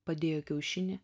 padėjo kiaušinį